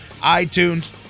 iTunes